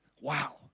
Wow